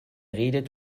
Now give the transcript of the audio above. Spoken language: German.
redet